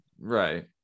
right